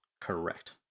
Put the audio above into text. correct